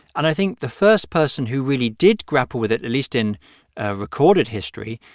and i think the first person who really did grapple with it, at least, in ah recorded history,